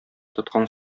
тоткан